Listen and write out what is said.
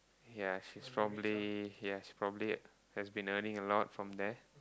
ya she's probably ya she's probably has been earning a lot from there